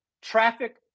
traffic